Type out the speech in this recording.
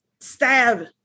stab